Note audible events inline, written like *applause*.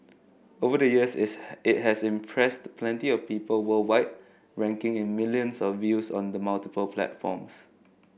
over the years is *unintelligible* it has impressed plenty of people worldwide raking in millions of views on the multiple platforms